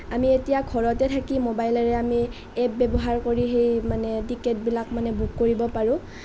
আমি এতিয়া ঘৰতে থাকি মোবাইলেৰে আমি এপ ব্যৱহাৰ কৰি সেই মানে টিকটবিলাক মানে বুক কৰিব পাৰোঁ